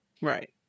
Right